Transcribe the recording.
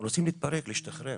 רוצים להתפרק ולהשתחרר